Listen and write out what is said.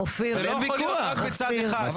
זה לא יכול להיות רק בצד אחד.